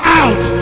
out